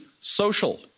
social